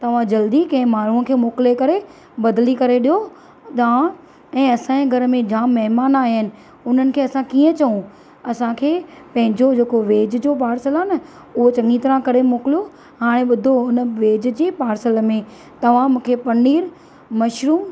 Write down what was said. तव्हां जल्दी कंहिं माण्हूअ खे मोकिले करे बदली करे ॾियो तव्हां ऐं असांजे घर में जाम महिमान आहियां आहिनि उन्हनि खे असां कीअं चऊं असांखे पंहिंजो जेको वेज जो पार्सल आहे न उहो चङी तरह करे मोकिलो हाणे ॿुधो हुन वेज जे पार्सल में तव्हां मूंखे पनीर मशरूम